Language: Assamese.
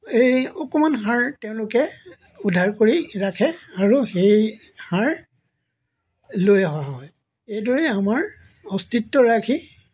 এই অকণমান হাড় তেওঁলোকে উদ্ধাৰ কৰি ৰাখে আৰু সেই হাড় লৈ অহা হয় এইদৰে আমাৰ অস্তিত্ব ৰাখি